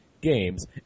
games